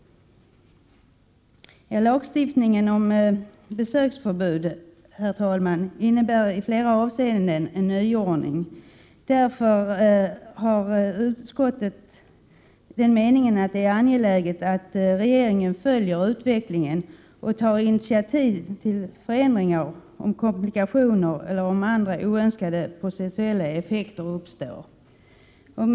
Lagstiftningen om besöksförbud innebär i flera avseenden en nyordning. Det är enligt utskottets mening därför angeläget att regeringen följer utvecklingen och tar initiativ till förändringar om komplikationer eller andra oönskade processuella effekter uppstår. Herr talman!